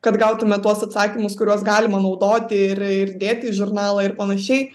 kad gautume tuos atsakymus kuriuos galima naudoti ir ir dėti į žurnalą ir panašiai